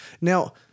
Now